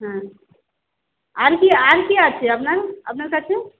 হ্যাঁ আর কী আর কী আছে আপনার আপনার কাছে